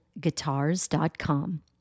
guitars.com